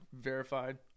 Verified